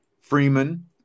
Freeman